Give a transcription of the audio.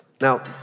Now